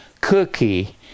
cookie